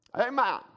Amen